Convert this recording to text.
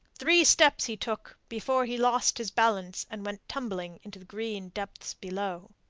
three steps he took before he lost his balance and went tumbling into the green depths below.